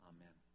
Amen